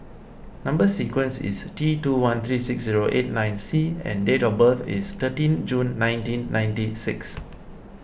Number Sequence is T two one three six zero eight nine C and date of birth is thirteen June nineteen ninety six